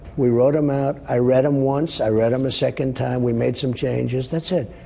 we wrote them out. i read them once. i read them a second time. we made some changes. that's it.